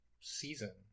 season